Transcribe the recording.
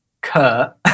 Kurt